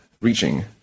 reaching